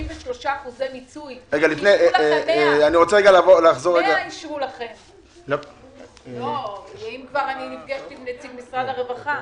63% מיצוי כאשר אישרו לכם 100%. אם כבר אני נפגשת עם נציג משרד הרווחה,